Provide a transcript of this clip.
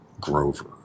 Grover